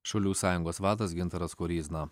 šaulių sąjungos vadas gintaras koryzna